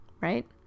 right